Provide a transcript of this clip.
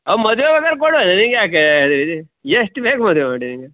ಆ ಮದುವೆ ಎಷ್ಟು ಬೇಕು ಮದುವೆ ಮಾಡಿ ನೀವು